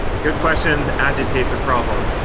good questions agitate the problem.